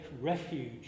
refuge